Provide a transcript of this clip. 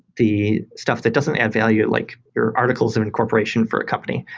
the stuff that doesn't add value, like your articles of incorporation for a company.